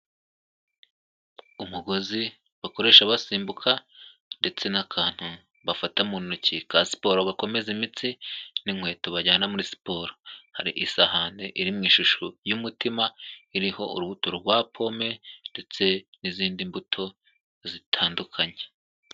Umugozi bakoresha basimbuka ndetse n'akantu bafata mu ntoki ka siporo gakomeza imitsi n'inkweto bajyana muri siporo, hari isahani iri mu ishusho y'umutima, iriho urubuto rwa pome ndetse n'izindi mbuto zitandukanye.